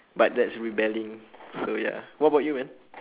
but that's rebelling so ya what about you man